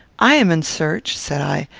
i am in search, said i,